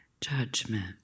judgment